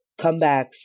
comebacks